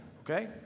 Okay